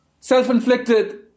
self-inflicted